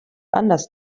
anders